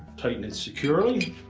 tighten it securely.